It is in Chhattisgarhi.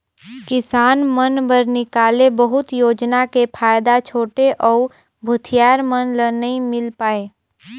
किसान मन बर निकाले बहुत योजना के फायदा छोटे अउ भूथियार मन ल नइ मिल पाये